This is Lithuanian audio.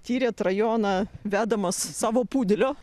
tyrėt rajoną vedamas savo pudelio